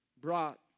brought